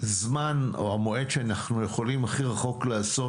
הזמן או המועד שאנחנו יכולים הכי רחוק לעשות